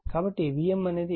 కాబట్టిvm అనేది గరిష్ట విలువ